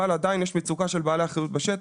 אבל עדיין יש מצוקה של בעלי אחריות בשטח.